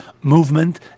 Movement